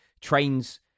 trains